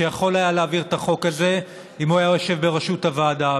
שהיה יכול להעביר את החוק הזה אם הוא היה יושב בראשות הוועדה.